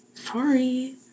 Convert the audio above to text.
sorry